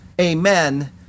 Amen